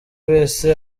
wese